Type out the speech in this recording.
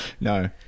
No